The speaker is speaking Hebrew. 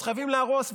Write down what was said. אז חייבים להרוס,